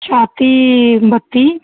ਛਾਤੀ ਬੱਤੀ